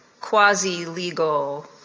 quasi-legal